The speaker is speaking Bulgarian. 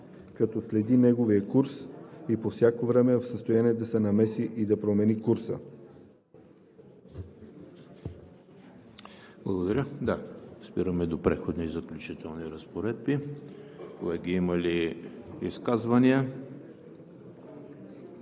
като следи неговия курс и по всяко време е в състояние да се намеси и да промени курса.“ ПРЕДСЕДАТЕЛ ЕМИЛ ХРИСТОВ: Спираме до „Преходни и заключителни разпоредби“. Колеги, има ли изказвания?